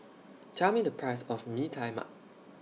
Tell Me The Price of Mee Tai Mak